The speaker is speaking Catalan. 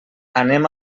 anem